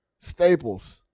Staples